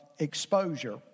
Exposure